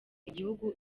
igihugu